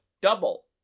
double